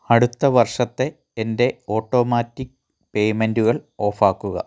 അടുത്ത വർഷത്തെ എൻ്റെ ഓട്ടോമാറ്റിക് പേയ്മെന്റുകൾ ഓഫാക്കുക